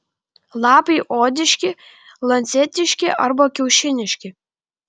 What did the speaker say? lapai odiški lancetiški arba kiaušiniški